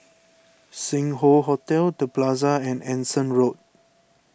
Sing Hoe Hotel the Plaza and Anson Road